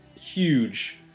huge